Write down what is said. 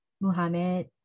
Muhammad